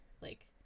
Like-